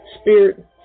spirit